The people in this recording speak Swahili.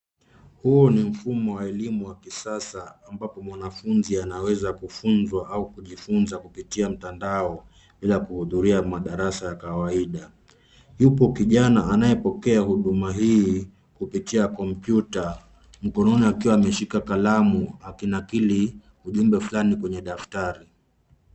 Huu ni mfumo wa elimu wa kisasa ambapo mwanafunzi anaweza kufunzwa au kujifunza kupitia mtandao bila kuhudhuria madarasa la kawaida. Yupo kijana anayepokea huduma hii kupitia kompyuta mkononi akiwa ameshika kalamu akinakili ujumbe fulani kwenye daftari.